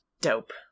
Dope